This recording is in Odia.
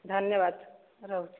ଧନ୍ୟବାଦ ରହୁଛି